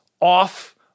off